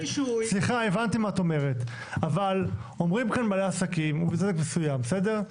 אבל אומרים כאן בעלי עסקים, או חלק מסוים, בסדר?